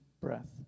breath